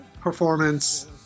performance